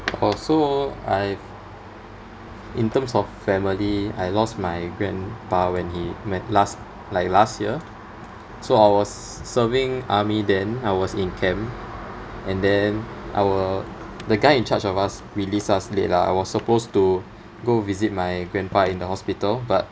oh so I in terms of family I lost my grandpa when he when last like last year so I was serving army then I was in camp and then our the guy in charge of us released us late lah I was supposed to go visit my grandpa in the hospital but